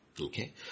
Okay